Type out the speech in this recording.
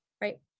right